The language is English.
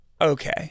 Okay